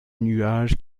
nuage